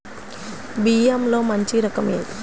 బియ్యంలో మంచి రకం ఏది?